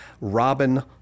Robin